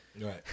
Right